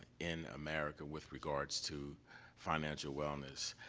in america with regards to financial wellness.